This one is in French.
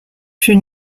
fut